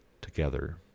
together